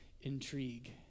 intrigue